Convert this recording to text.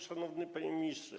Szanowny Panie Ministrze!